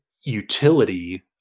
utility